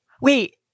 Wait